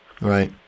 Right